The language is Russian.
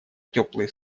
теплые